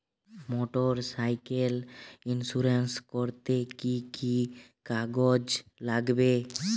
Motorcycle insurance করতে কি কি কাগজ লাগবে?